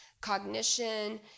cognition